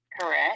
Correct